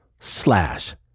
slash